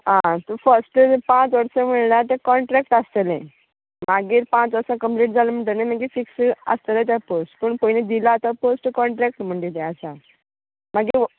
आं तूं फस्ट पांच वर्सा म्हळ्यार ते काॅन्ट्रेक्ट आसतले मागीर पांच वर्सा कंम्प्लिट जालें म्हणटगीर मागीर फिक्स आसतले तें पोस्ट पूण पयलीं दिला तो पोस्ट तुका काॅन्ट्रेक्ट म्हण दिलें आसा मागीर हो